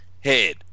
head